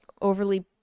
overly